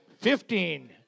fifteen